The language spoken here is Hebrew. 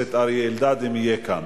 הכנסת אריה אלדד, אם יהיה כאן.